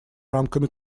рамками